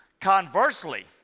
Conversely